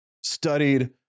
studied